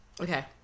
okay